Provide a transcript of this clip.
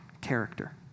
character